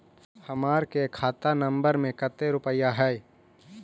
हमार के खाता नंबर में कते रूपैया है?